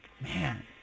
Man